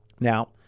Now